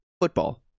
football